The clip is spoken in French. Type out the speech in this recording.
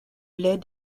lait